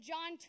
John